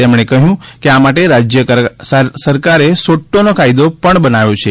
તેમણે કહ્ય કે આ માટે રાજ્ય સરકારે સોદ્ટોનો કાયદો પણ બનાવ્યો છે